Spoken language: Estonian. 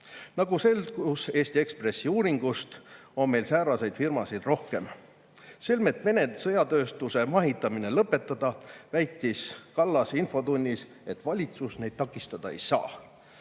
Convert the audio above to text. Nagu selgus Eesti Ekspressi uuringust, on meil sääraseid firmasid rohkem. Selmet Vene sõjatööstuse mahitamine lõpetada, väitis Kallas infotunnis, et valitsus neid takistada ei saa. Seda